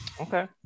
Okay